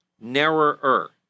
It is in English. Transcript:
narrower